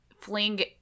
fling